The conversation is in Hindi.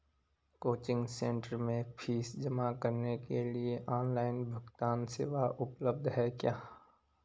कोचिंग सेंटर में फीस जमा करने के लिए ऑनलाइन भुगतान सेवा उपलब्ध है क्या?